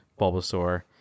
Bulbasaur